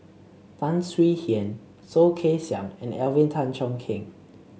Tan Swie Hian Soh Kay Siang and Alvin Tan Cheong Kheng